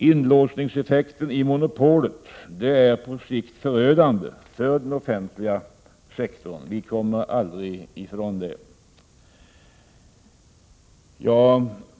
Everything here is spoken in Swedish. Inlåsningseffekten i monopolet är på sikt förödande för den offentliga sektorn. Vi kommer aldrig från det.